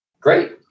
great